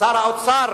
שר האוצר